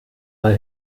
mal